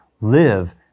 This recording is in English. live